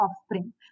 offspring